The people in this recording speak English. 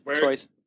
choice